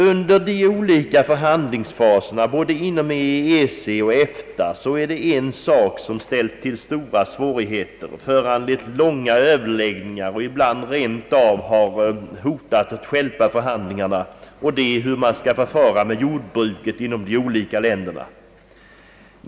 Under de olika förhandlingsfaserna, inom både EEC och EFTA, är det en sak som har ställt till stora svårigheter och föranlett långa överläggningar och ibland rentav har hotat att stjälpa förhandlingarna, nämligen frågan hur man skall förfara med jordbruket inom de olika länderna.